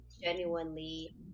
genuinely